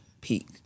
peak